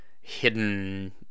hidden